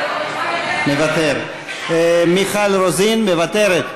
מוותר, מיכל רוזין, מוותרת?